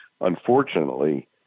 unfortunately